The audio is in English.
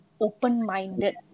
open-minded